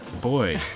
Boy